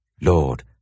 Lord